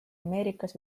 ameerikas